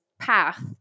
path